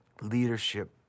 leadership